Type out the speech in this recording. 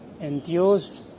enthused